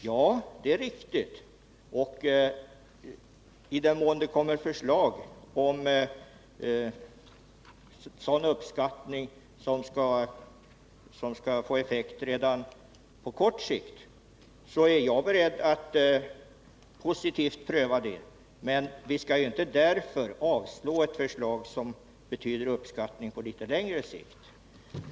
Ja, det är riktigt, och i den mån det kommer förslag om sådan uppskattning som kan få effekt på kort sikt är jag beredd att positivt pröva det. Men vi skall inte av den anledningen avslå ett förslag som betyder uppskattning på litet längre sikt.